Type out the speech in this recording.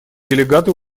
делегаты